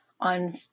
on